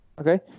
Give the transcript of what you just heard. Okay